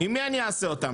עם מי אני אעשה אותם?